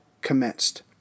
commenced